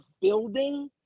building